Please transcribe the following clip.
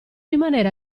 rimanere